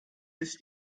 ist